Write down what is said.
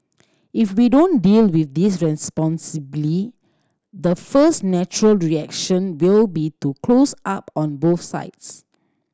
if we don't deal with this responsibly the first natural reaction will be to close up on both sides